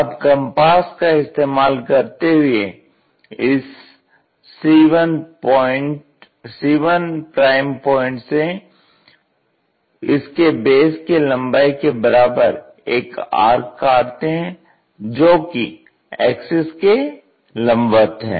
अब कम्पास का इस्टेमाल करते हुए इस cl पॉइन्ट से इसके बेस की लम्बाई के बराबर एक आर्क काटते हैं जो कि एक्सिस के लम्बवत है